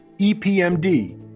EPMD